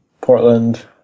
Portland